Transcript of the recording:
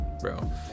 bro